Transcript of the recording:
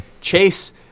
chase